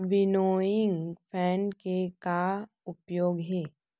Winnowing fan के का उपयोग हे?